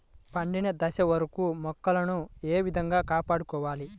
పండిన దశ వరకు మొక్కల ను ఏ విధంగా కాపాడాలి?